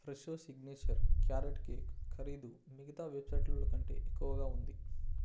Fresho signature carrot cake ఖరీదు మిగతా వెబ్సైట్లో కంటే ఎక్కువగా ఉంది